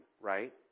right